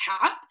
cap